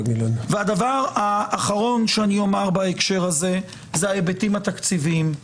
הדבר האחרון שאני אומר בהקשר הזה זה ההיבטים התקציביים.